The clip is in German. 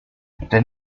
der